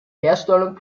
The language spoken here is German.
herstellung